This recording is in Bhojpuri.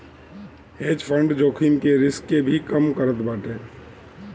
हेज फंड जोखिम के रिस्क के भी कम करत बाटे